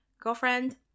girlfriend